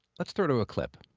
let's throw to a clip.